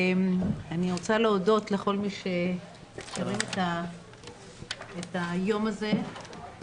אני רוצה להודות לכל מי שמאפשר את היום הזה.